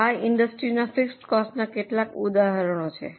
આ ઇન્ડુસટ્રીના ફિક્સડ કોસ્ટના કેટલાક ઉદાહરણો છે